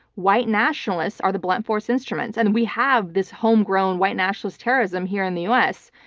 white nationalists are the blunt force instruments and we have this homegrown white nationalist terrorism here in the u. s.